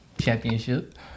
championship